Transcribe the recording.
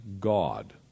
God